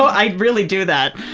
i really do that.